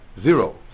zero